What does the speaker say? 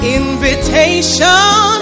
invitation